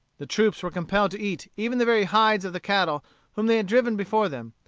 the troops were compelled to eat even the very hides of the cattle whom they had driven before them,